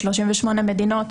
38 מדינות,